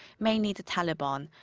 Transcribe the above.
mainly the taliban.